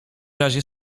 razie